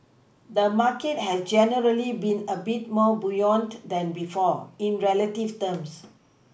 the market has generally been a bit more buoyant than before in relative terms